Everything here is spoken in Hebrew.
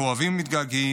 אנחנו אוהבים ומתגעגעים,